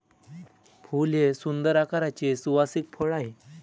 फूल हे सुंदर आकाराचे सुवासिक फळ आहे